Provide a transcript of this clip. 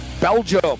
Belgium